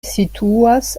situas